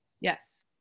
Yes